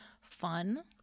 fun